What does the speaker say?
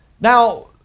Now